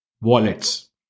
wallets